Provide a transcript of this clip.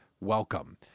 welcome